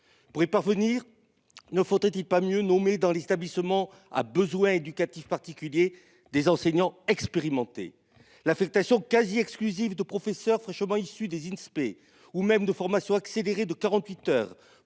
Pour y parvenir. Ne faudrait-il pas mieux nommé dans l'établissement. Ah besoins éducatifs particuliers des enseignants expérimentés l'affectation quasi exclusive de professeurs fraîchement issues des Inspé ou même de formation accélérée de 48h heures.